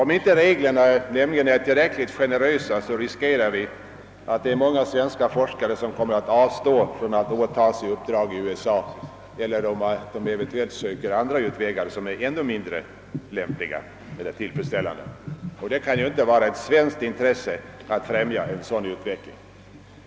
Om reglerna inte är tillräckligt generösa, riskerar vi, att många svenska forskare kommer att avstå från att åtaga sig uppdrag i USA eller att de eventuellt söker andra utvägar som är ännu mindre tillfredsställande. Det kan ju inte vara ett svenskt intresse att främja en sådan utveckling.